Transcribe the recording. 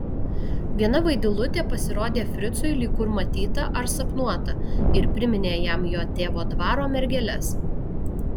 viena vaidilutė pasirodė fricui lyg kur matyta ar sapnuota ir priminė jam jo tėvo dvaro mergeles